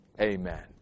Amen